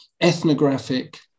ethnographic